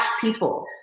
people